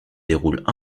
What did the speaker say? déroulent